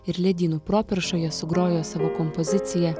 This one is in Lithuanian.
ir ledynų properšoje sugrojo savo kompoziciją